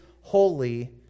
holy